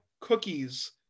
cookies